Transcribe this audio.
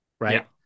Right